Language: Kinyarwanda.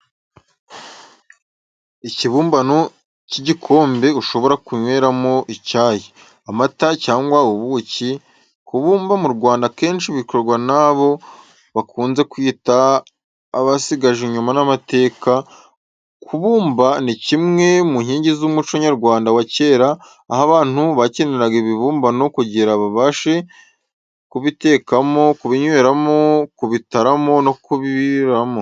Ikibumbano cy'igikombe ushobora kunyweramo icyayi, amata cyangwa ubuki, kubumba mu Rwanda akenshi bikorwa nabo bakunze kwita abasigaje inyuma n'amateka, kubumba ni kimwe mu nkingi z'umuco nyarwanda wa kera aho abantu bakeneraga ibibumbano kugira babashe kubitekamo, kubinyweramo, kubitaramo no kubiriraho.